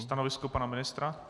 Stanovisko pana ministra?